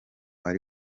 ari